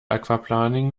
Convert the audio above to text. aquaplaning